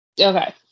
Okay